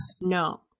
No